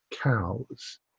cows